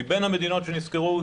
מבין המדינות שנסקרו,